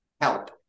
help